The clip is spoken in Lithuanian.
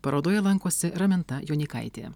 parodoje lankosi raminta jonykaitė